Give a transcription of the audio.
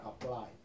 apply